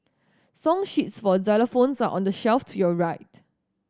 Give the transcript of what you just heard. song sheets for xylophones are on the shelf to your right